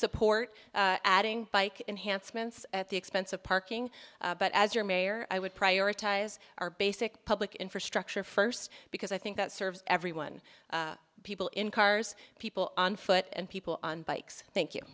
support adding bike enhancements at the expense of parking but as your mayor i would prioritize our basic public infrastructure first because i think that serves everyone people in cars people on foot and people on bikes thank you